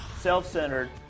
self-centered